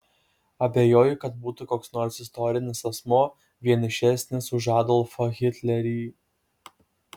abejoju kad būtų koks nors istorinis asmuo vienišesnis už adolfą hitlerį